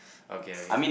okay okay